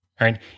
Right